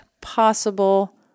possible